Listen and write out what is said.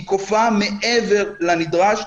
היא כופה מעבר לנדרש,